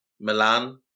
Milan